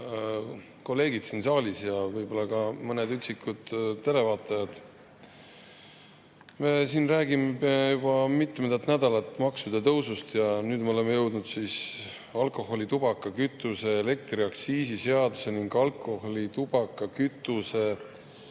kolleegid siin saalis ja võib-olla ka mõned üksikud televaatajad! Me siin räägime juba mitmendat nädalat maksude tõusust ja nüüd me oleme jõudnud alkoholi‑, tubaka‑, kütuse‑ ja elektriaktsiisi seaduse ning alkoholi‑, tubaka‑, kütuse‑